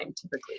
typically